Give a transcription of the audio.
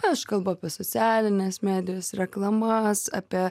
aš kalbu apie socialines medijas reklamas apie